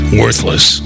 worthless